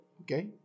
okay